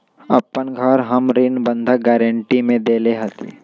अपन घर हम ऋण बंधक गरान्टी में देले हती